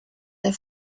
der